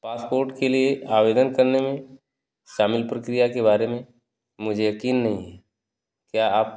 passport के लिए आवेदन करने में शामिल प्रक्रिया के बारे में मुझे यकीन नहीं है क्या आप